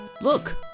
Look